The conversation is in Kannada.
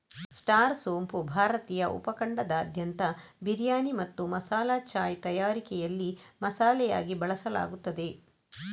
ಸ್ಟಾರ್ ಸೋಂಪು ಭಾರತೀಯ ಉಪ ಖಂಡದಾದ್ಯಂತ ಬಿರಿಯಾನಿ ಮತ್ತು ಮಸಾಲಾ ಚಾಯ್ ತಯಾರಿಕೆಯಲ್ಲಿ ಮಸಾಲೆಯಾಗಿ ಬಳಸಲಾಗುತ್ತದೆ